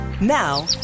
Now